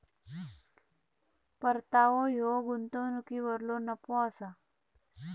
परतावो ह्यो गुंतवणुकीवरलो नफो असा